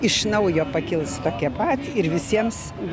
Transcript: iš naujo pakils tokia pat ir visiems